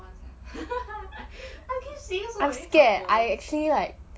I'm scared I see like